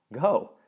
go